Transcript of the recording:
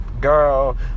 Girl